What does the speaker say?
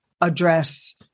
address